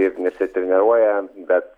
ir nesitreniruoja bet